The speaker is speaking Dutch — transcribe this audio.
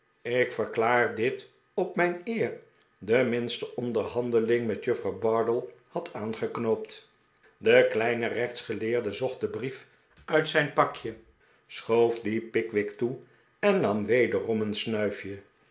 ik verklaar dit op mijn eer de minste onderhandeling met juffrouw bardell had aangeknoopt de kleine rechtsgeleerde zocht den brief uit zijn pakje schoof dien pickwick toe en nam wederom een snuifje